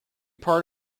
part